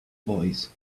boys